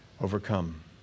overcome